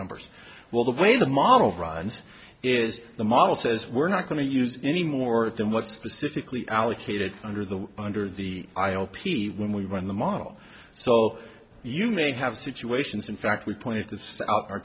numbers well the way the model runs is the model says we're not going to use any more than what specifically allocated under the under the i o p when we run the model so you may have situations in fact we pointed